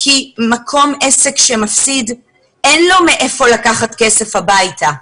למקום עסק שמפסיד אין מהיכן לקחת כסף הביתה.